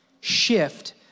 shift